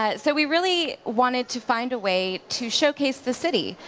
ah so we really wanted to find a way to showcase the city.